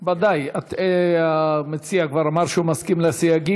אם כן, ודאי, המציע כבר אמר שהוא מסכים לסייגים.